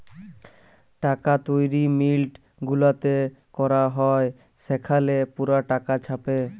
টাকা তৈরি মিল্ট গুলাতে ক্যরা হ্যয় সেখালে পুরা টাকা ছাপে